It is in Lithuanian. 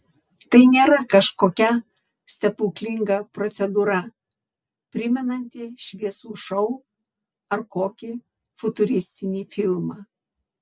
tai nėra kažkokia stebuklinga procedūra primenanti šviesų šou ar kokį futuristinį filmą